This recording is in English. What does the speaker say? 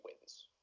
wins